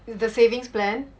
is the savings plan